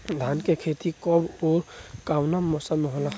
धान क खेती कब ओर कवना मौसम में होला?